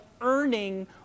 earning